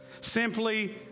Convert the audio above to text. simply